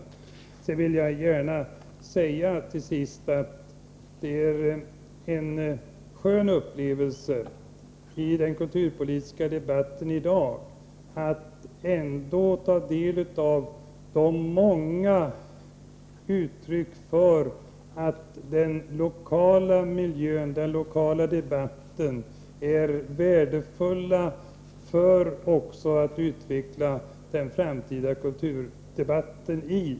Till sist vill jag gärna säga att det ändå är en skön upplevelse i den kulturpolitiska debatten i dag att ta del av de många uttrycken för att den lokala miljön och den lokala debatten är värdefulla också för att utveckla den framtida kulturdebatten i.